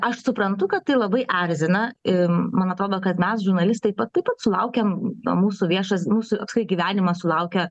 aš suprantu kad tai labai erzina ir man atrodo kad mes žurnalistai taip pat sulaukiam na mūsų viešas mūsų gyvenimas sulaukia